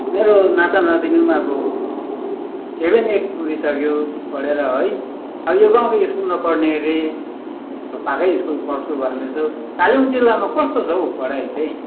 मेरो नाता नातिनी पनि अब सेभेन एट पुगिसक्यो पढेर है अब यो गाउँको स्कुल नपढ्ने अरे अब पाखै स्कुल पढ्छु भन्दैछ कालिम्पोङ जिल्लामा कस्तो छ हौ पढाई चाहिँ